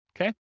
Okay